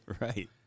Right